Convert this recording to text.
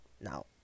Now